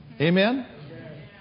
Amen